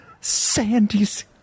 Sandy's